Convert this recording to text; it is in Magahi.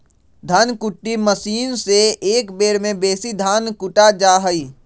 धन कुट्टी मशीन से एक बेर में बेशी धान कुटा जा हइ